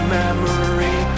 memory